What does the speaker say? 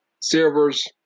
Silver's